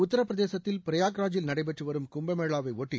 உத்தரப்பிரதேசத்தில் பிரயாக்ராஜில் நடைபெற்று வரும் கும்பமேளா வை ஒட்டி